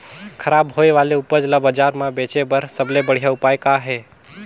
खराब होए वाले उपज ल बाजार म बेचे बर सबले बढ़िया उपाय का हे?